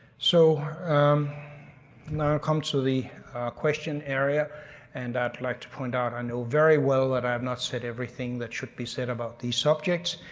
so. um i come to the question area and i'd like to point out i know very well that i have not said everything that should be said about these subjects.